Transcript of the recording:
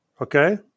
Okay